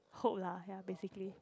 hope lah ya basically